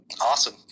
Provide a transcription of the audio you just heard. Awesome